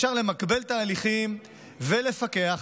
אפשר למקבל תהליכים ולפקח,